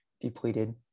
depleted